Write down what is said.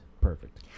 Perfect